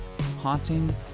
haunting